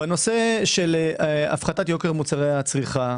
בנושא של הפחתת יוקר מוצרי הצריכה,